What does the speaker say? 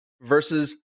versus